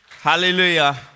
Hallelujah